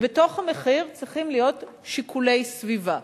ובתוך המחיר צריכים להיות שיקולי סביבה.